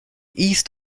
east